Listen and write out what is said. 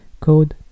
Code